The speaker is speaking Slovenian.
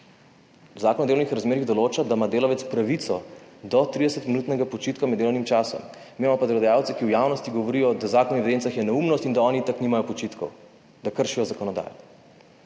Zakon o delovnih razmerjih določa, da ima delavec pravico do 30 minutnega počitka med delovnim časom, mi imamo pa delodajalce, ki v javnosti govorijo, da Zakon o evidencah je neumnost in da oni itak nimajo počitkov, da kršijo zakonodajo.